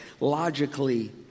logically